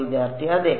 വിദ്യാർത്ഥി അതെ